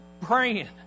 praying